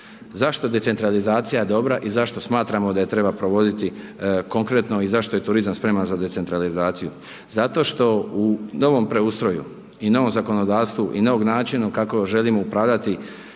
Zašto decentralizacija je dobra i zašto smatramo da je treba provoditi konkretno i zašto je turizam spreman za decentralizaciju? Zato što u novom preustroju i novom zakonodavstvu i novog načinu kako želimo upravljati